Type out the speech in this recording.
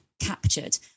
captured